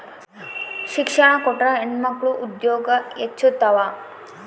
ಶಿಕ್ಷಣ ಕೊಟ್ರ ಹೆಣ್ಮಕ್ಳು ಉದ್ಯೋಗ ಹೆಚ್ಚುತಾವ